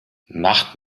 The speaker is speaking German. nacht